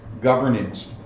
Governance